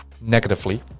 Negatively